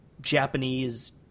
Japanese